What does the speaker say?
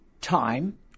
time